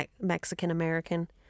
Mexican-American